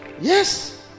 Yes